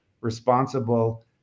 responsible